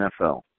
NFL